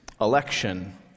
election